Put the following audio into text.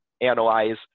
analyze